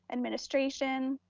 administration,